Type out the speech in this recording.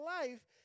life